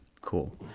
cool